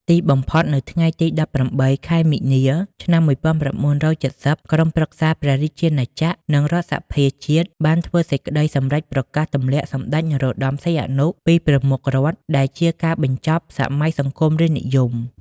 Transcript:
ទីបំផុត នៅថ្ងៃទី ១៨ ខែមីនា ឆ្នាំ ១៩៧០ ក្រុមប្រឹក្សាព្រះរាជាណាចក្រ និងរដ្ឋសភាជាតិបានធ្វើសេចក្ដីសម្រេចប្រកាសទម្លាក់សម្ដេចនរោត្តម សីហនុពីប្រមុខរដ្ឋ ដែលជាការបញ្ចប់សម័យសង្គមរាស្ត្រនិយម។